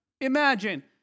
Imagine